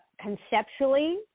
conceptually